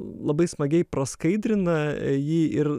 labai smagiai praskaidrina jį ir